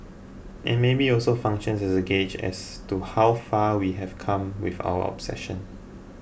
and maybe also functions as a gauge as to how far we have come with our obsession